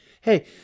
hey